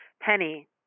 Penny